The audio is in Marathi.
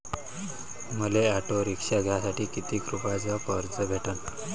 मले ऑटो रिक्षा घ्यासाठी कितीक रुपयाच कर्ज भेटनं?